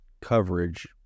coverage